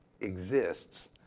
exists